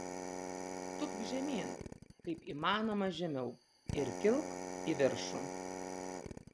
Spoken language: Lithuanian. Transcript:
tūpk žemyn kaip įmanoma žemiau ir kilk į viršų